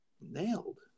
nailed